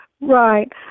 Right